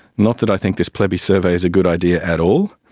not that i think this plebi-survey is a good idea at all,